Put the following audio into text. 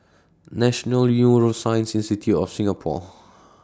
National Neuroscience Institute of Singapore